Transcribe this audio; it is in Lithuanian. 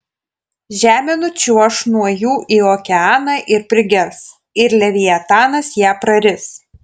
žemė nučiuoš nuo jų į okeaną ir prigers ir leviatanas ją praris